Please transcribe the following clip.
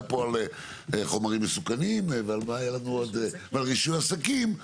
פה על חומרים מסוכנים ורישוי עסקים,